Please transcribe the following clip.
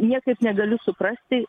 niekaip negaliu suprasti